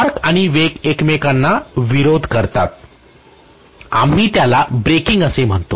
torque आणि वेग एकमेकांना विरोध करतात आम्ही त्याला ब्रेकिंग असे म्हणतो